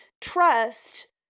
trust